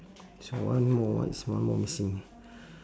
so one more one's one more missing